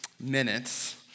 minutes